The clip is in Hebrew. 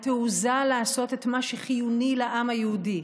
התעוזה לעשות את מה שחיוני לעם היהודי,